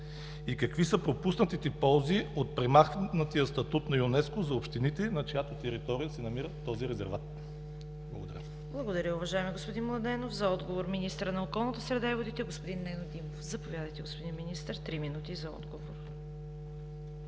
И какви са пропуснатите ползи от премахнатия статут на ЮНЕСКО за общините, на чиято територия се намира този резерват? Благодаря. ПРЕДСЕДАТЕЛ ЦВЕТА КАРАЯНЧЕВА: Благодаря, уважаеми господин Младенов. За отговор – министърът на околната среда и водите господин Нено Димов. Заповядайте, господин Министър – три минути за отговор.